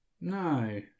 No